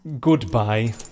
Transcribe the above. Goodbye